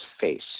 face